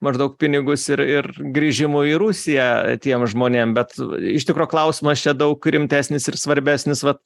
maždaug pinigus ir ir grįžimo į rusiją tiem žmonėm bet iš tikro klausimas čia daug rimtesnis ir svarbesnis vat